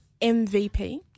MVP